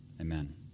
Amen